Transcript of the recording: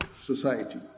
society